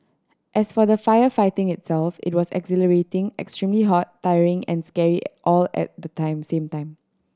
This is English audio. as for the firefighting itself it was exhilarating extremely hot tiring and scary all at the time same time